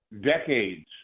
decades